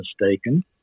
mistaken